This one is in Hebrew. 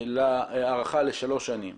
להארכה לשלוש שנים